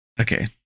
okay